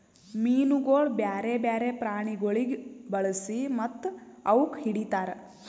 ಮೀನುಗೊಳ್ ಬ್ಯಾರೆ ಬ್ಯಾರೆ ಪ್ರಾಣಿಗೊಳಿಗ್ ಬಳಸಿ ಮತ್ತ ಅವುಕ್ ಹಿಡಿತಾರ್